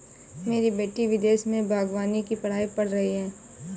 मेरी बेटी विदेश में बागवानी की पढ़ाई पढ़ रही है